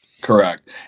Correct